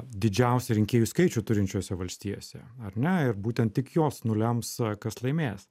didžiausią rinkėjų skaičių turinčiose valstijose ar ne ir būtent tik jos nulems kas laimės